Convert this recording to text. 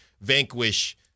vanquish